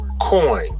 coin